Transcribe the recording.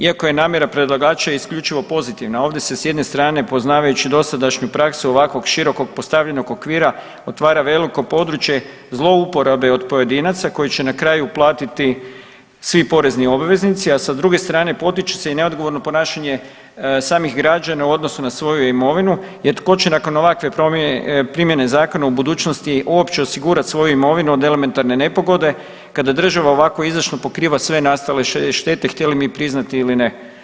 Iako je namjera predlagača isključivo pozitivna, ovdje se, s jedne strane, poznavajući dosadašnju praksu ovako širokog postavljenog okvira otvara veliko područje zlouporabe od pojedinaca koji će na kraju platiti svi porezni obveznici, a sa druge strane, potiče se i neodgovorno ponašanje samih građana u odnosu na svoju imovinu jer tko će nakon ovakve promjene, primjene zakona u budućnosti osigurati svoju imovinu od elementarne nepogode kada država ovako izdašno pokriva sve nastale štete, htjeli mi priznati ili ne.